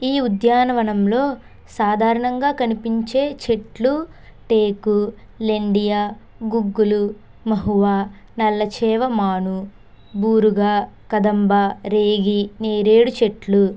ఈ ఉద్యానవనంలో సాధారణంగా కనిపించే చెట్లు టేకు లెండియా గుగ్గులు మహువా నల్లచేవ మాను బూరుగ కదంబ రేగి నేరేడు చెట్లు